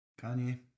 Kanye